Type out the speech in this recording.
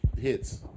hits